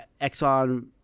Exxon